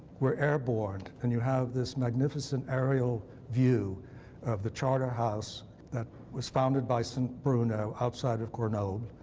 we're airborne, and you have this magnificent aerial view of the charter house that was founded by saint bruno outside of grenoble.